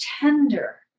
tender